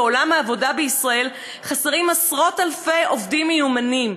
בעולם העבודה בישראל חסרים עשרות-אלפי עובדים מיומנים,